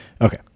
Okay